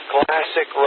Classic